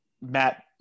Matt